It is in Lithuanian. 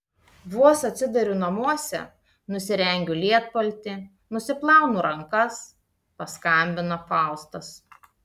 vos atsiduriu namuose nusirengiu lietpaltį nusiplaunu rankas paskambina faustas